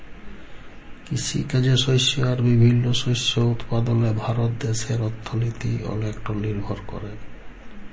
কিসিকাজে শস্য আর বিভিল্ল্য শস্য উৎপাদলে ভারত দ্যাশের অথ্থলিতি অলেকট লিরভর ক্যরে